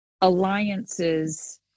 alliances